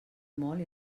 molt